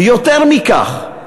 ויותר מכך,